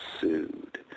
sued